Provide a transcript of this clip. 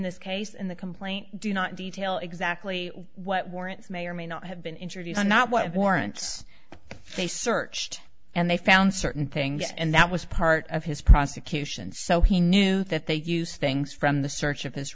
this case in the complaint do not detail exactly what warrants may or may not have been introduced not what warrants they searched and they found certain things and that was part of his prosecution so he knew that they used things from the search of his